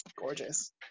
gorgeous